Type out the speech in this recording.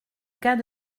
cas